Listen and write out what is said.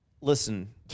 Listen